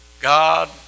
God